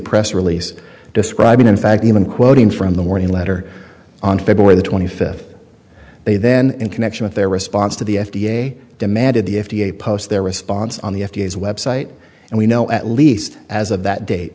press release describing in fact even quoting from the warning letter on february the twenty fifth they then in connection with their response to the f d a demanded the f d a post their response on the f d a is website and we know at least as of that date